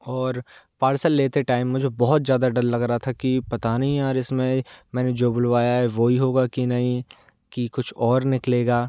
और पार्सल लेते टाइम मुझे बहुत ज़्यादा डर लग रहा था कि पता नहीं यार इसमें मैंने जो बुलवाया है वह ही होगा कि नहीं कि कुछ और निकलेगा